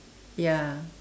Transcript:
ya